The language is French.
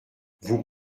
vous